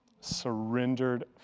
surrendered